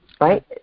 right